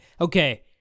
Okay